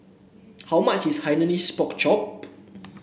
how much is Hainanese Pork Chop